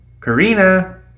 Karina